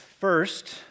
First